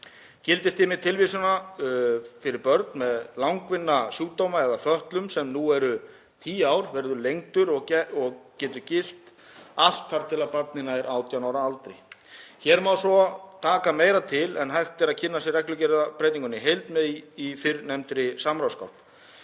Gildistími tilvísana fyrir börn með langvinna sjúkdóma eða fötlun, sem nú er tíu ár, verður lengdur og getur gilt allt þar til barnið nær 18 ára aldri. Hér má svo taka meira til en hægt er að kynna sér reglugerðarbreytinguna í heild í fyrrnefndri samráðsgátt.